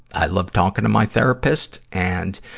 i love talking to my therapist. and,